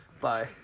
Bye